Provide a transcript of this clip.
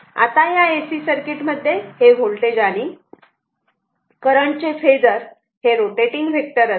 आता या AC circuit मध्ये हे वोल्टेज आणि करंट चे फेजर हे रोटेटिंग वेक्टर असते